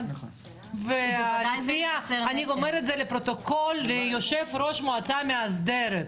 ואני אומרת את זה לפרוטוקול: ליושב-ראש מועצה מאסדרת,